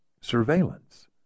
surveillance